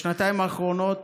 בשנתיים האחרונות